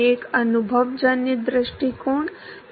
एक अनुभवजन्य दृष्टिकोण है